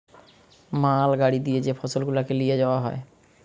মাল গাড়ি দিয়ে যে ফসল গুলাকে লিয়ে যাওয়া হয়